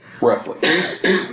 Roughly